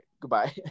goodbye